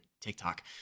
TikTok